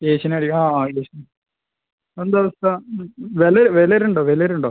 Asian അടി ആ ആ ഏഷ്യൻ എന്താണ് അവസ്ഥ വില വില വരുന്നുണ്ടോ വില വരുന്നുണ്ടോ